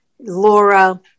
laura